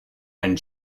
and